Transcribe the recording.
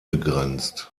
begrenzt